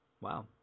Wow